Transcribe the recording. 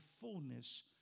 fullness